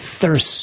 thirst